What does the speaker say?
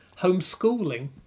homeschooling